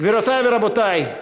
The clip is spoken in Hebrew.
גבירותי ורבותי,